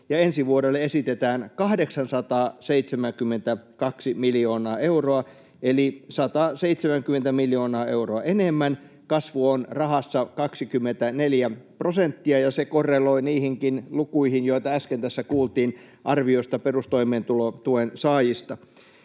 ensi vuodelle esitetään 872 miljoonaa euroa eli 170 miljoonaa euroa enemmän. Kasvu rahassa on 24 prosenttia, ja se korreloi niihinkin lukuihin, joita äsken tässä kuultiin arviosta perustoimeentulotuen saajista.